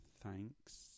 Thanks